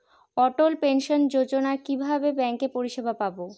অটল pension যোজনার জন্য কিভাবে ব্যাঙ্কে পরিষেবা পাবো?